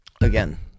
Again